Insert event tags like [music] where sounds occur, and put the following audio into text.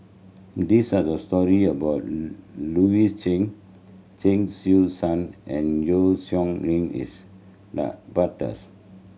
these are the story about Louis Chen Chen Su San and Yeo Song Nian is [unintelligible]